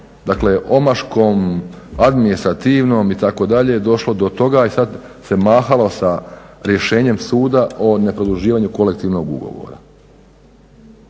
jednom omaškom administrativnom itd. došlo do toga i sada se mahalo sa rješenjem suda o ne produživanju kolektivnog ugovora.